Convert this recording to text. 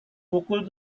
pukul